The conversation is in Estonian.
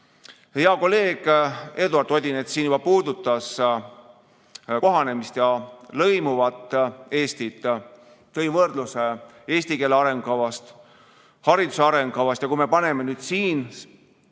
Hea kolleeg Eduard Odinets siin juba puudutas kohanemist ja lõimuvat Eestit. Ta tõi võrdluse eesti keele arengukava ja hariduse arengukavaga. Kui me paneme kõrvale